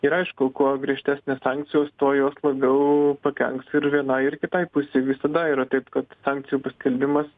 ir aišku kuo griežtesnės sankcijos tuo jos labiau pakenks ir vienai ir kitai pusei visada yra taip kad sankcijų paskelbimas